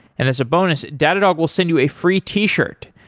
and as a bonus, datadog will send you a free t-shirt.